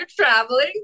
traveling